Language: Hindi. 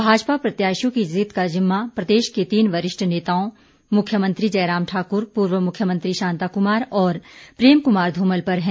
भाजपा प्रत्याशियों की जीत का जिम्मा प्रदेश के तीन वरिष्ठ नेताओं मुख्यमंत्री जयराम ठाकुर पूर्व मुख्यमंत्री शांता कुमार और प्रेम कुमार धूमल पर है